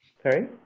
Sorry